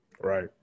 Right